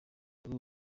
kuri